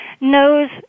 knows